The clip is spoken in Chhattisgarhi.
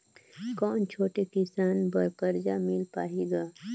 कौन छोटे किसान बर कर्जा मिल पाही ग?